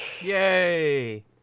Yay